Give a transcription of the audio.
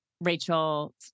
Rachel